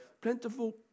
Plentiful